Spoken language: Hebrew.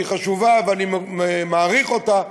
שהיא חשובה ואני מעריך אותה,